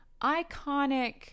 iconic